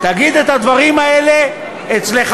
תגיד את הדברים האלה אצלך,